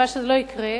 בתקווה שזה לא יקרה,